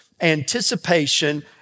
anticipation